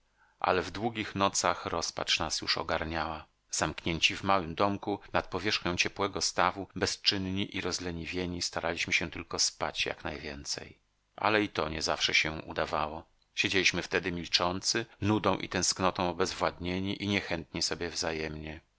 ale w długich nocach rozpacz nas już ogarniała zamknięci w małym domku nad powierzchnią ciepłego stawu bezczynni i rozleniwieni staraliśmy się tylko spać jak najwięcej ale i to nie zawsze się udawało siedzieliśmy wtedy milczący nudą i tęsknotą obezwładnieni i niechętni sobie wzajemnie